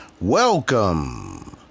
Welcome